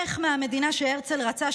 איך מהמדינה שהרצל רצה,